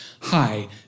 hi